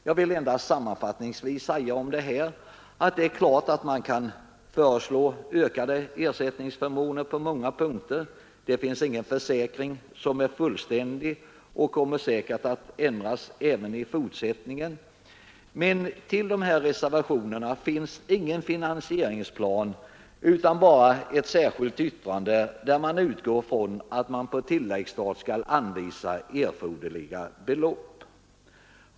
Jag vill endast sammanfattningsvis säga att det är klart att man kan föreslå ökade ersättningsförmåner på många punkter. Det finns ingen försäkring som är fullständig, och arbetslöshetsförsäkringen kommer säkert att ändras även i fortsättningen. Till de här reservationerna finns emellertid ingen finansplan utan bara ett särskilt yttrande, där man utgår ifrån att på tilläggsstat skall anvisas erforderliga belopp.